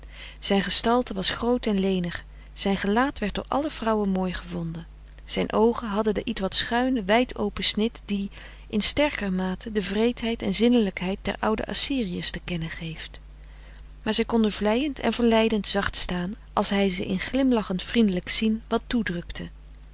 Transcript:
zijn gestalte was groot en lenig zijn gelaat werd door alle vrouwen mooi gevonden zijn oogen hadden den ietwat schuinen wijd-open snit die in sterker mate de wreedheid en zinnelijkheid der oude assyriers te kennen geeft maar zij konden vleiend en verleidend zacht staan als hij ze in glimlachend vriendelijk zien wat toedrukte